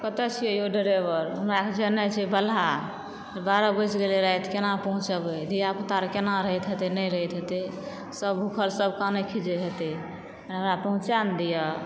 कत्तौ छिए यौ ड्राइवर हमरा जेना छै बलाह बारह बाजि गेलै राति केना पहुँचबै धियापुता केना रहैत हेतै नहि रहैत हेतै सभ भुखल सब कानै खिजै हेतै हमरा पहुँचा ने दिअ